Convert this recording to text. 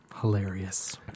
Hilarious